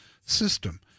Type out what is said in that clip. system